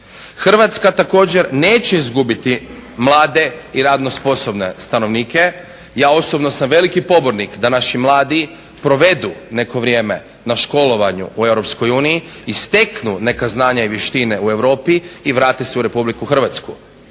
Hrvatska također neće izgubiti mlade i radno sposobne stanovnike. Ja osobno sam veliki pobornik da naši mladi provedu neko vrijeme na školovanju u EU i steknu neka znanja i vještine u Europi i vrate se u Republiku Hrvatsku